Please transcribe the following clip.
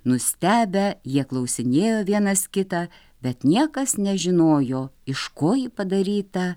nustebę jie klausinėjo vienas kitą bet niekas nežinojo iš ko ji padaryta